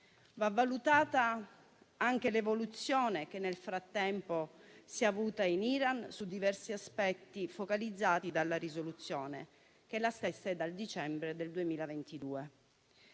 Va valutata anche l'evoluzione che nel frattempo si è avuta in Iran su diversi aspetti su cui si focalizza la risoluzione, che è la stessa dal dicembre 2022.